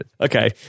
okay